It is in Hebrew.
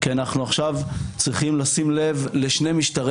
כי אנחנו עכשיו צריכים לשים לב לשני משטרי